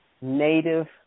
native